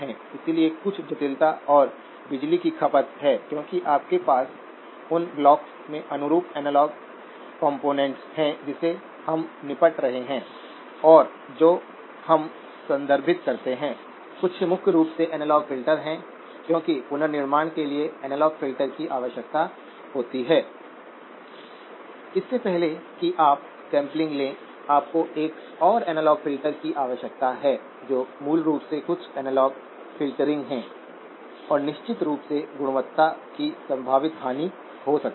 इसलिए यदि gate voltage एक यूनिट द्वारा ऊपर चला जाता है तो ड्रेन वोल्टेज गेन यूनिटस से गिर जाता है